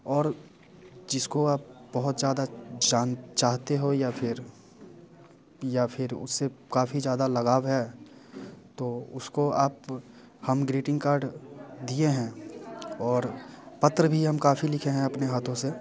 और जिसको आप बहुत ज़्यादा जान चाहते हो या फिर या फिर उससे काफ़ी ज़्यादा लगाव है तो उसको आप हम ग्रीटिंग कार्ड दिए हैं और पत्र भी हम काफ़ी लिखे हैं अपने हाथों से